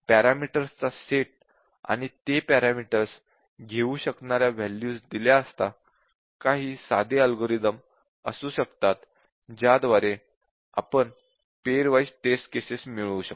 पॅरामीटर्सचा सेट आणि ते पॅरामीटर्स घेऊ शकणाऱ्या वॅल्यूज दिल्या असता काही साधे अल्गोरिदम असू शकतात का ज्याद्वारे आपण पेअर वाइज़ टेस्ट केसेस मिळवू शकतो